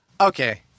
Okay